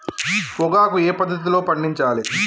పొగాకు ఏ పద్ధతిలో పండించాలి?